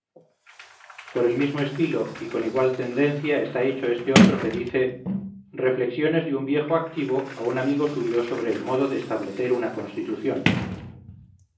por el mismo estilo y con igual tendencia está hecho este otro que dice reflexiones de un viejo activo a un amigo suyo sobre el modo de establecer una constitución